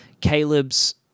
Caleb's